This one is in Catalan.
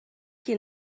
qui